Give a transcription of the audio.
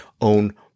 own